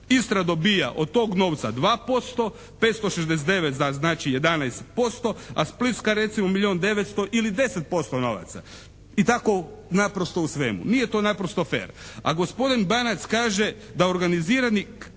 Istra dobija od tog novca 2%, 569 znači za 11%, a Splitska recimo milijun i 900 ili 10% novaca i tako naprosto u svemu. Nije to naprosto fer. A gospodin Banac kaže da organizirani